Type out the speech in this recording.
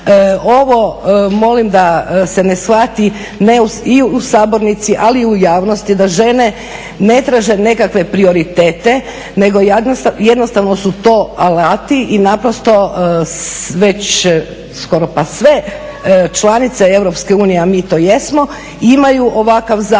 Ovo molim da se ne shvati i u Sabornici, ali i u javnosti da žene ne traže nekakve prioritete, nego jednostavno su to alati i naprosto već skoro pa sve članice EU, a mi to jesmo, imaju ovakav zakon